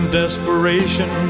desperation